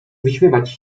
wyśmiewać